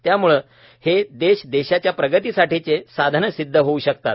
त्यामुळेच हे देश देशाच्या प्रगतीसाठीचे साधन सिद्ध होऊ शकतात